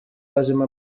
hajemo